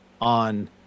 on